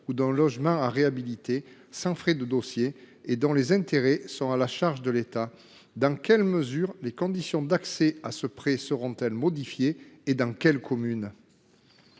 ou d’un logement à réhabiliter, sans frais de dossier, et les intérêts sont à la charge de l’État. Dans quelle mesure les conditions d’accès à ce prêt seront elles modifiées, et dans quelles communes ?